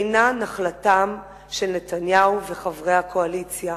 אינה נחלתם של נתניהו וחברי הקואליציה,